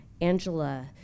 Angela